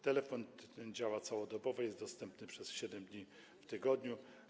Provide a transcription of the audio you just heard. Telefon ten działa całodobowo, jest dostępny przez 7 dni w tygodniu.